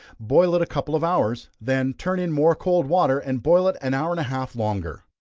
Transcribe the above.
boil it a couple of hours, then turn in more cold water, and boil it an hour and a half longer.